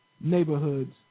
neighborhoods